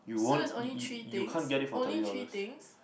so it's only three things only three things